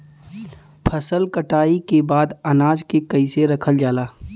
फसल कटाई के बाद अनाज के कईसे रखल जाला?